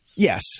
Yes